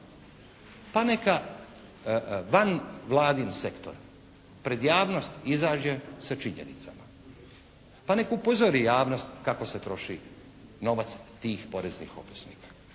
Pa neka van Vladin sektor, pred javnost izađe sa činjenicama. Pa neka upozori javnost kako se troši novac tih poreznih obveznika.